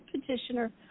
petitioner